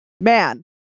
man